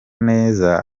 neza